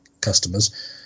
customers